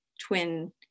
twin